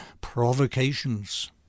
provocations